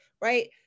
right